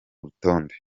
rutonde